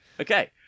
Okay